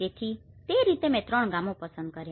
તેથી તે રીતે મેં ત્રણ ગામો પસંદ કર્યા